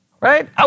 Right